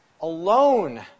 alone